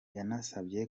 yanabasabye